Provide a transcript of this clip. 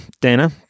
Dana